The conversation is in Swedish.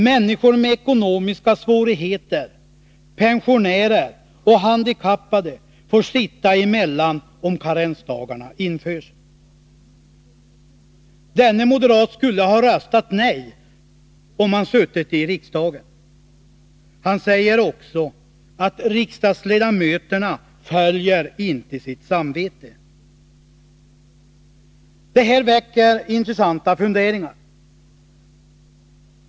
Människor med ekonomiska svårigheter, pensionärer och handikappade får sitta emellan om karensdagarna införs.” Denne moderat skulle ha röstat nej, om han suttit i riksdagen. Han säger också: ”riksdagsledamöterna följer inte sitt samvete”. Det här väcker intressanta funderingar.